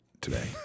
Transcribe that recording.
today